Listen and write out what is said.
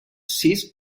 sis